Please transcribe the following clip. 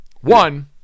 one